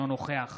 אינו נוכח